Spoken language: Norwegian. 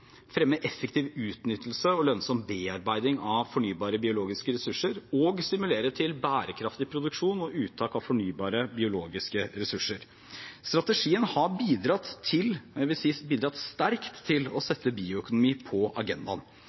fremme effektiv utnyttelse og lønnsom bearbeiding av fornybare biologiske ressurser og stimulere til bærekraftig produksjon og uttak av fornybare biologiske ressurser. Strategien har bidratt sterkt til å sette bioøkonomi på agendaen. Det er vist til